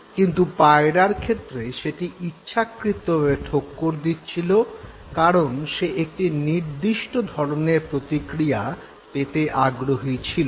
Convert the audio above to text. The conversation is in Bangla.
কিন্তু পায়রার ক্ষেত্রে সেটি ইচ্ছাকৃতভাবে ঠোক্কর দিচ্ছিল কারন সে একটি নির্দিষ্ট ধরণের প্রতিক্রিয়া পেতে আগ্রহী ছিল